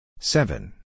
Seven